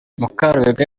mukarubega